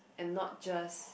and not just